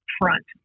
front